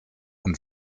und